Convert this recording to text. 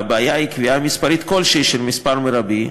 הבעיה היא בקביעה מספרית כלשהי של מספר מרבי,